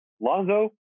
Lonzo